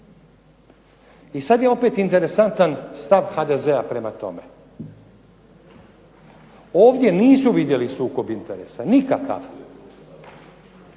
I sada je opet interesantan stav HDZ-a prema tome. Ovdje nisu vidjeli sukob interesa, nikakav,